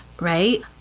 Right